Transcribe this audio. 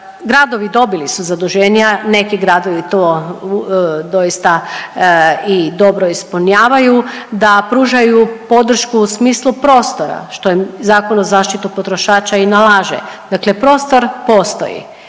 Gradovi dobili su zaduženja, neki gradovi to doista i dobro ispunjavaju da pružaju podršku u smislu prostora što im Zakon o zaštiti potrošača i nalaže. Dakle, prostor postoji,